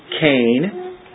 Cain